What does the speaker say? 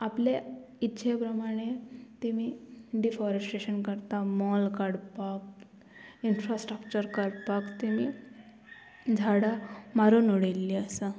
आपले इच्छे प्रमाणे तेमी डिफोरेस्टेशन करता मोल काडपाक इन्फ्रास्ट्रक्चर काडपाक तेमी झाडां मारून उडयल्लीं आसा